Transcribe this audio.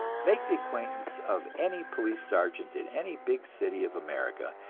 make the acquaintance of any police sergeant in any big city of america,